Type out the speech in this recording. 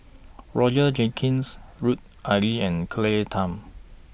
Roger Jenkins Lut Ali and Claire Tham